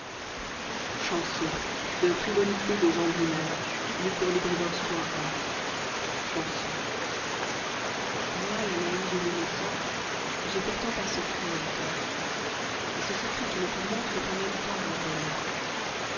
chanson moi la naïve et l'innocente j'ai pourtant un secret au coeur et ce secret qui me tourmente fait en même temps mon bonheur